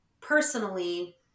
personally